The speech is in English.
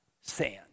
sand